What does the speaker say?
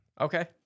Okay